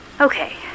Okay